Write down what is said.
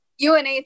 UNH